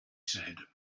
said